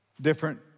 different